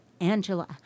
Angela